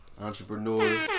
Entrepreneur